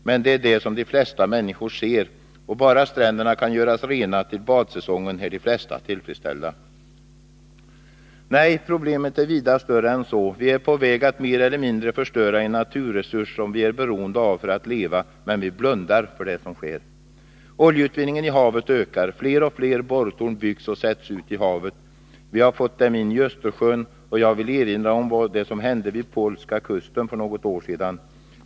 Men det är denna skadegörelse som de flesta upplever, och om bara stränderna kan göras rena till badsäsongen är de flesta tillfredsställda. Nej, problemet är vida större än så. Vi är på väg att mer eller mindre förstöra en naturresurs som vi är beroende av för att leva. Men vi blundar för det som sker. Oljeutvinningen i havet ökar. Fler och fler borrtorn byggs och sätts ut i havet. Vi har fått in dem i Östersjön, och jag vill erinra om det som hände vid polska kusten för något år sedan.